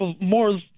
more